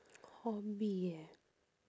hobby eh